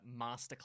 Masterclass